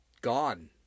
gone